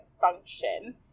function